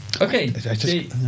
Okay